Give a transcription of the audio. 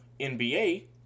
NBA